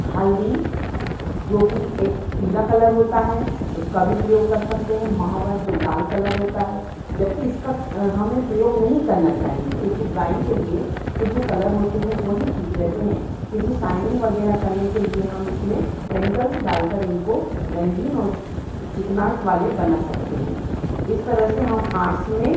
हल्दी जोकि एक पीला कलर होता है उसका भी प्रयोग कर सकते हैं महावर जो लाल कलर होता है जबकि इसका हमें प्रयोग नहीं करना चाहिए क्योंकि ड्राइंग के लिए तो जो कलर होते हैं वही ठीक रहते हैं किन्तु साइनिंग वग़ैरह करने के लिए हम इसमें कैमिकल्स डालकर इनको रंगीन और चिकनाहट वाले बना सकते हैं इस तरह से हम आट्स में